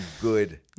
good